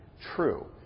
true